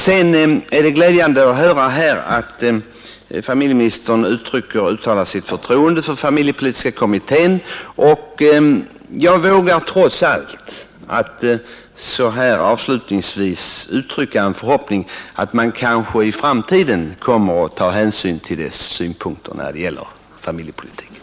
Det är glädjande att höra att familjeministern uttalar sitt förtroende för familjepolitiska kommittén. Jag vågar därför trots allt så här avslutningsvis uttrycka en förhoppning om att man kanske i framtiden kommer att ta hänsyn till dess synpunkter när det gäller familjepolitiken.